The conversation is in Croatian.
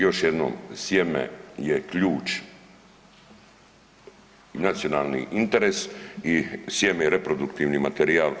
Još jednom, sjeme je ključ i nacionalni interes i sjeme je reproduktivni materijal.